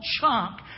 chunk